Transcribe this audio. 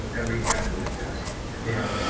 and we can do it again yeah.